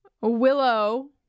Willow